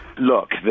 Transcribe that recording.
Look